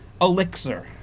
elixir